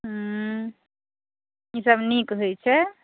ई सभ नीक होइ छै